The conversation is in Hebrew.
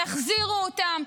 תחזירו אותם.